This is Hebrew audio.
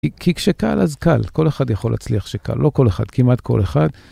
כי כשקל אז קל, כל אחד יכול להצליח כשקל, לא כל אחד, כמעט כל אחד.